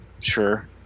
sure